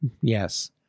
Yes